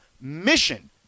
mission